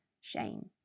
shame